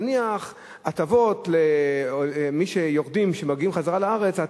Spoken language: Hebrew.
נניח הטבות ליורדים שמגיעים חזרה ארצה,